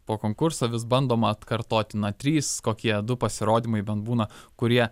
po konkurso vis bandoma atkartoti na trys kokie du pasirodymai bent būna kurie